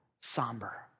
somber